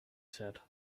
said